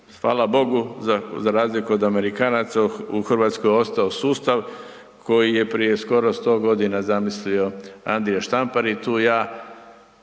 Hvala Bogu, za razliku od Amerikanaca u RH je ostao sustav koji je prije skoro 100.g. zamislio Andrija Štampar i tu ja